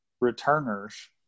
returners